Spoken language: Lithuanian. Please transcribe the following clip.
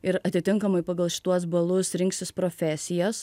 ir atitinkamai pagal šituos balus rinksis profesijas